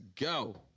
go